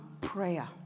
prayer